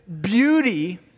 beauty